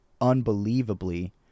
unbelievably